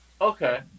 okay